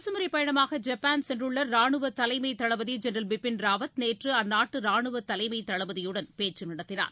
அரசுமுறை பயணமாக ஜப்பான் சென்றுள்ள ரானுவ தலைமைத் தளபதி ஜென்ரல் பிபின் ராவத் நேற்று அந்நாட்டு ராணுவ தலைமை தளபதியுடன் பேச்சு நடத்தினார்